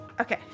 Okay